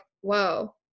whoa